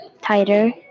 tighter